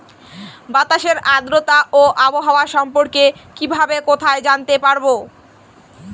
বাতাসের আর্দ্রতা ও আবহাওয়া সম্পর্কে কিভাবে কোথায় জানতে পারবো?